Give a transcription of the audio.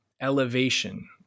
elevation